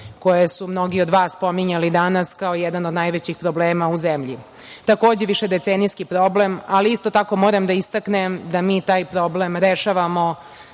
koje su mnogi od vas pominjali danas kao jedan od najvećih problema u zemlji. Takođe, višedecenijski problem, ali isto tako moram da istaknem da mi taj problem rešavamo